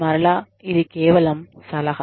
మరలా ఇది కేవలం సలహా